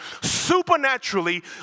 supernaturally